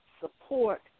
support